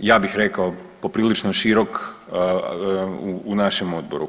ja bih rekao poprilično širok u našem odboru.